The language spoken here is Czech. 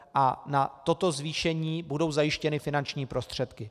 A na toto zvýšení budou zajištěny finanční prostředky.